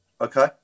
Okay